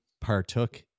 partook